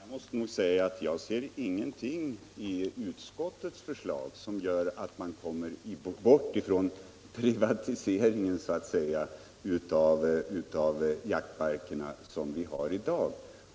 Herr talman! Jag måste säga att jag ser ingenting i utskottets förslag som gör att man kommer bort från privatiseringen — som herr Wictorsson kallade den — av jaktmarkerna.